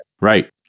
Right